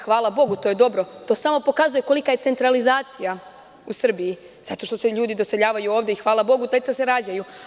Hvala Bogu, to je dobro, to samo pokazuje kolika je centralizacija u Srbiji. zato što se ljudi doseljavaju ovde i hvala Bogu deca se rađaju.